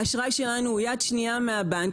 האשראי שלנו הוא יד שנייה מהבנק,